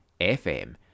FM